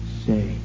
say